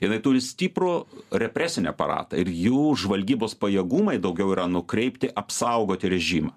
jinai turi stiprų represinį aparatą ir jų žvalgybos pajėgumai daugiau yra nukreipti apsaugoti režimą